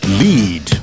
lead